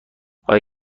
آیا